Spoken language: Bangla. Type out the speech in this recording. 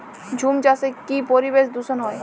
ঝুম চাষে কি পরিবেশ দূষন হয়?